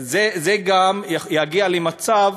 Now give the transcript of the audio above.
זה גם יגיע למצב